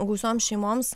gausioms šeimoms